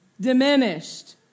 diminished